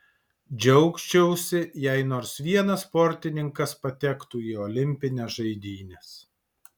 džiaugčiausi jei nors vienas sportininkas patektų į olimpines žaidynes